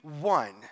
one